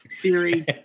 Theory